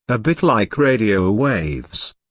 a bit like radio waves.